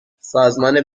سازمان